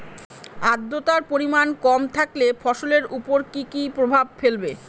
আদ্রর্তার পরিমান কম থাকলে ফসলের উপর কি কি প্রভাব ফেলবে?